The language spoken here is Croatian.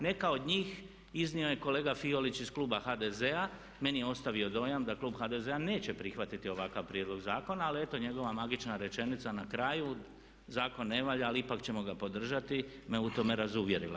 Neka od njih iznio je kolega Fiolić iz kluba HDZ-a, meni je ostavio dojam da klub HDZ-a neće prihvatiti ovakav prijedlog zakona ali eto njegova magična rečenica na kraju zakon ne valja ali ipak ćemo ga podržati me u tome razuvjerila.